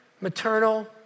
maternal